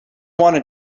wanted